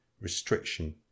restriction